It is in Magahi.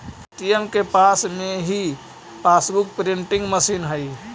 ए.टी.एम के पास में ही पासबुक प्रिंटिंग मशीन हई